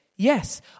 Yes